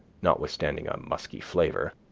notwithstanding a musky flavor,